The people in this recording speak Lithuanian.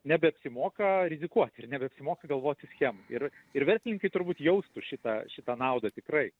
nebeapsimoka rizikuot ir nebeapsimoka galvot tų schemų ir ir verslininkai turbūt jaustų šitą šitą naudą tikrai